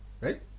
Right